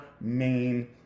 main